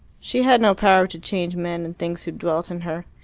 she had no power to change men and things who dwelt in her.